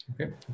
okay